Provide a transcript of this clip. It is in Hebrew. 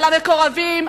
על המקורבים,